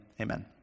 amen